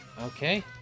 Okay